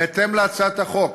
בהתאם להצעת החוק